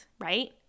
right